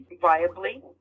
viably